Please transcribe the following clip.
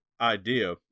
idea